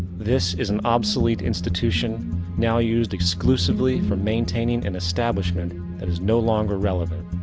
this is an obsolete institution now used exclusively for maintaining an establishment that is no longer relevant.